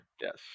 Yes